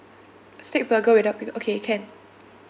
six burger without pickle okay can